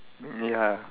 ya